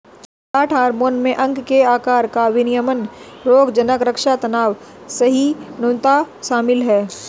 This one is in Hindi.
प्लांट हार्मोन में अंग के आकार का विनियमन रोगज़नक़ रक्षा तनाव सहिष्णुता शामिल है